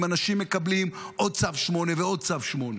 אם אנשים מקבלים עוד צו 8 ועוד צו 8